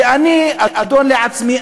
ואני אדון לעצמי,